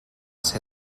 ser